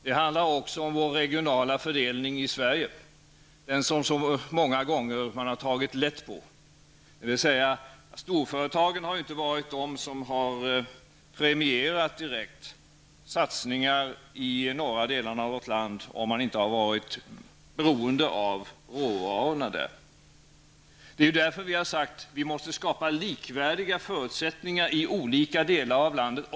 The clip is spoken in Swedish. Det handlar också om den regionala fördelningen i Sverige, den som man så många gånger har tagit lätt på. Storföretagen har ju inte direkt premierat satsningar i de norra delarna av vårt land såvida de inte har varit beroende av råvarorna där. Det är därför vi har sagt att vi även för näringslivet måste skapa likvärdiga förutsättningar i olika delar av landet.